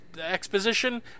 exposition